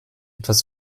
etwas